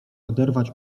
oderwać